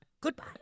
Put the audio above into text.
Goodbye